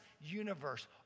universe